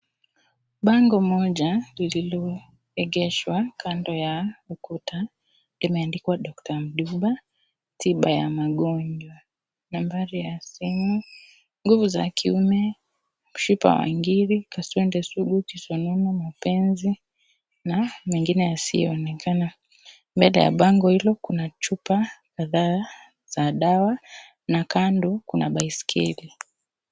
Bango moja, lililo, egeshwa, kando ya, ukuta, limeandikwa (cs)doctor(cs) Mulumba, tiba ya magonjwa, nambari ya simu, nguvu za kiume, mshipa wa ngiri, kaswende sugu, kisonono, mapenzi, na, mengine yasio onekaa, mbele ya bango hilo kuna chupa kadhaa, za dawa, na kando kuna baiskeli.